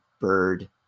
bird